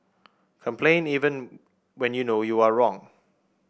complain even when you know you are wrong